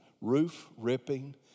roof-ripping